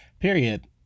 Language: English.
Period